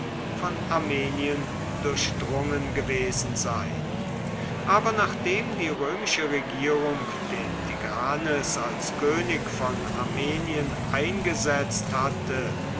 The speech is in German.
von armenien durchdrungen gewesen sein aber nachdem die römische regierung den tigranes als könig von armenien eingesetzt hatte